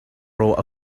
rawh